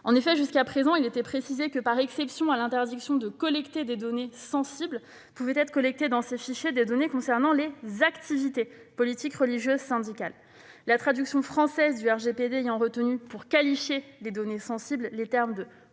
Durain. Jusqu'à présent, il était précisé, par exception à l'interdiction de collecter des données sensibles, qu'il était possible de réunir dans ces fichiers des données concernant les « activités » politiques, religieuses, syndicales. La traduction française du RGPD ayant retenu, pour qualifier les données sensibles, les termes «